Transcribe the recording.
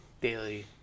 Daily